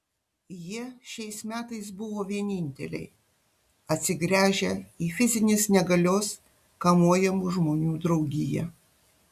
jie šiais metais buvo vieninteliai atsigręžę į fizinės negalios kamuojamų žmonių draugiją